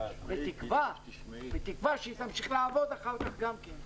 בתקווה שהיא תמשיך לעבוד גם אחר כך.